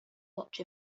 watch